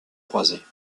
croisées